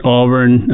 Auburn